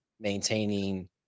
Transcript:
maintaining